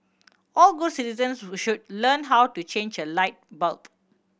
all good citizens should learn how to change a light bulb